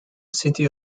city